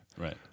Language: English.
Right